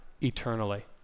eternally